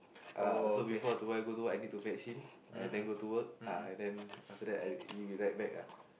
uh so before go to work I go to work I need to fetch him ah then go to work ah and then after that I he will ride back ah